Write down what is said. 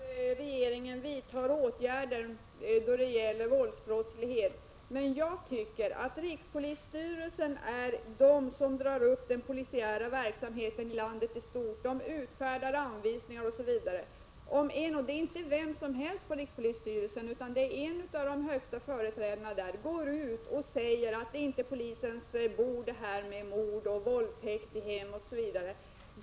Fru talman! Det är ju lovvärt att regeringen vidtar åtgärder då det gäller våldsbrottsligheten. Men jag tycker att rikspolisstyrelsen är den som drar upp riktlinjerna för den polisiära verksamheten i landet i stort. Man utfärdar anvisningar osv. Och det är inte vem som helst på rikspolisstyrelsen utan en av de högsta företrädarna som har gått ut och sagt att detta med mord och våldtäkt i hemmen osv. inte är polisens bord.